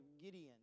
Gideon